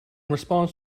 response